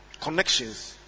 Connections